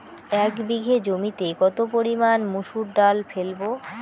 এক বিঘে জমিতে কত পরিমান মুসুর ডাল ফেলবো?